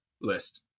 list